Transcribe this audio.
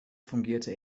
fungierte